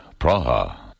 Praha